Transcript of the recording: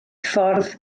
ffordd